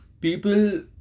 people